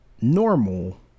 normal